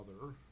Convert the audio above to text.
mother